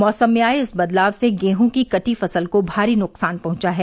मौसम में आए इस बदलाव से गेहूं की कटी फसल को भारी नुकसान पहुंचा हैं